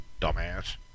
dumbass